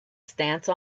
stance